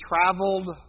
traveled